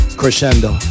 crescendo